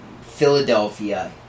Philadelphia